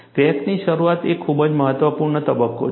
ક્રેકની શરૂઆત એ ખૂબ જ મહત્વપૂર્ણ તબક્કો છે